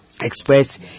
express